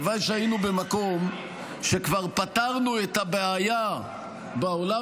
הלוואי שהיינו במקום שכבר פתרנו את הבעיה בעולם